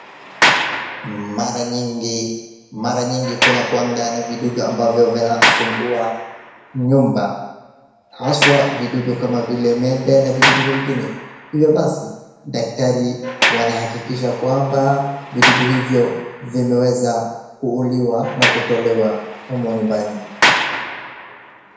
Mara nyingi, kunakuanga na vidudu ambavyo vinasumbua nyumba, haswa vidudu kama vile mende na vidudu vingine. Hivyo basi daktari wanahakikisha kwamba vidudu hivyo vimeweza kuuliwa na kutolewa humo nyumbani.